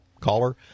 caller